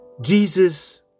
Jesus